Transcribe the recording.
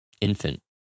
infant